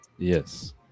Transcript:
yes